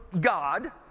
God